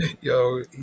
Yo